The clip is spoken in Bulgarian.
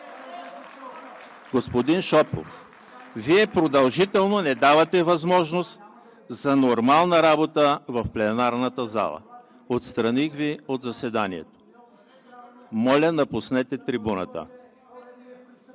Господин Шопов, Вие продължително не давате възможност за нормална работа в пленарната зала, отстраних Ви от заседанието. (Ораторът продължава